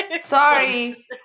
Sorry